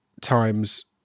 times